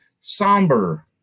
somber